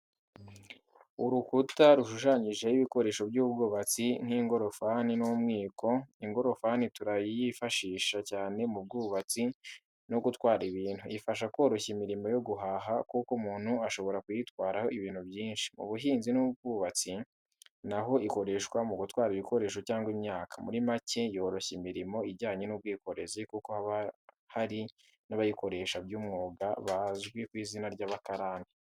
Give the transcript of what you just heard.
Urukuta rushushanyijeho ibikoresho by'ubwubatsi nk'ingorofani n'umwiko. Ingorofani turayifashisha, cyane mu bwubatsi no gutwara ibintu. Ifasha koroshya imirimo yo guhaha kuko umuntu ashobora kuyitwaraho ibintu byinshi. Mu buhinzi n’ubwubatsi naho ikoreshwa mu gutwara ibikoresho cyangwa imyaka. Muri macye yoroshya imirimo ijyanye n’ubwikorezi kuko hari n’abayikoresha by’umwuga bazwi ku izina ry’abakarani.